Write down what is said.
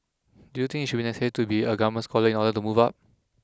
do you think it should be necessary to be a government scholar in order to move up